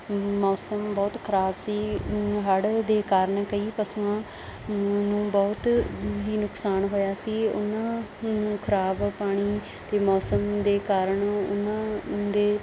ਮੌਸਮ ਬਹੁਤ ਖਰਾਬ ਸੀ ਹੜ੍ਹ ਦੇ ਕਾਰਨ ਕਈ ਪਸ਼ੂਆਂ ਨੂੰ ਬਹੁਤ ਹੀ ਨੁਕਸਾਨ ਹੋਇਆ ਸੀ ਉਹਨਾਂ ਨੂੰ ਖਰਾਬ ਪਾਣੀ ਅਤੇ ਮੌਸਮ ਦੇ ਕਾਰਨ ਉਹਨਾਂ ਦੇ